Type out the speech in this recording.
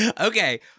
Okay